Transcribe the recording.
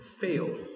fail